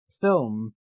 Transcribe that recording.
film